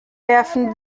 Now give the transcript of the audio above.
werfen